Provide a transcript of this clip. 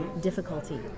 difficulty